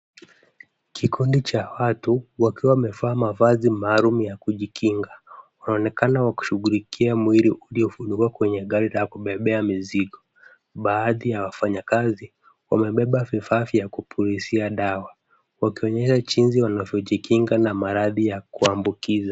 Kikundi cha watu wakiwa wamevaa mavazi maalum ya kujikinga. Wanaonekana wakishughulikia mwili uliofunikwa kwenye gari la kubebea mizigo. Baadhi ya wafanyakazi wamebeba vifaa vya kupulizia dawa wakionyesha jinsi wanavyojikinga na maradhi ya kuambukiza.